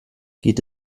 geht